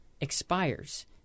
expires